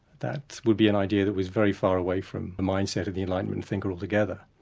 that would be an idea that was very far away from the mindset of the enlightenment thinker altogether.